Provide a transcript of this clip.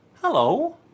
hello